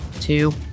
two